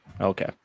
Okay